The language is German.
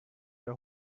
der